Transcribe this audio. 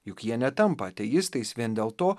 juk jie netampa ateistais vien dėl to